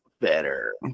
better